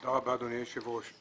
תודה רבה אדוני היושב ראש.